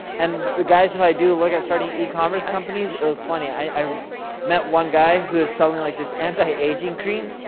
and the guys who i do, look at starting e-commerce companies. it was funny, i met one guy who was selling like this anti-aging cream,